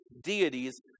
deities